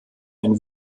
ein